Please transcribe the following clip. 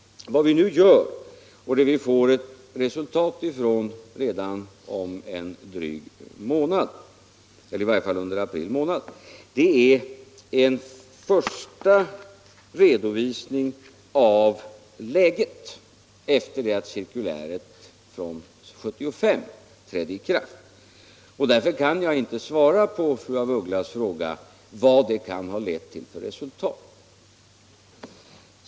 Vad vi nu gör — och får ett resultat från redan under april månad — är en första redovisning av läget efter det att cirkuläret från 1975 trädde i kraft. Därför kan jag inte svara på fru af Ugglas fråga vad det kan ha lett till för resultat.